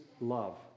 love